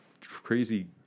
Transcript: crazy